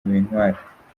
bintwara